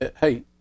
hey